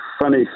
funny